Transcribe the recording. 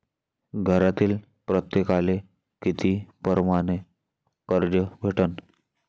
घरातील प्रत्येकाले किती परमाने कर्ज भेटन?